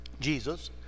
Jesus